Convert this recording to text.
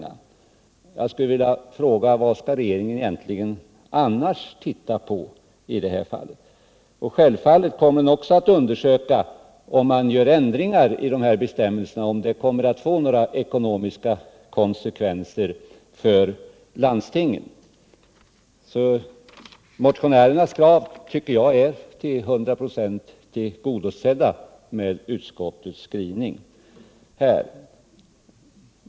Jag undrar vad regeringen annars skall ta upp i detta sammanhang. Självfallet kommer den också att undersöka om ändringar i dessa bestämmelser kommer att få några ekonomiska konsekvenser för landstingen. Jag tycker därför att motionärernas krav är till 100 25 tillgodosedda med utskottets skrivning.